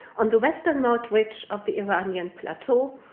on the western mount ridge of the iranian plateau.